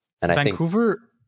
Vancouver